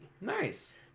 Nice